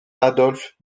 adolf